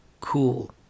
Cool